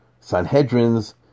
Sanhedrin's